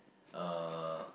uh